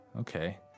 Okay